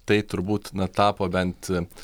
tai turbūt na tapo bent